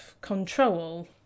control